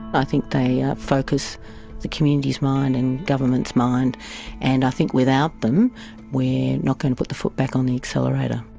i think they focus the community's mind and government's mind and i think without them we're not going to put the foot back on the accelerator.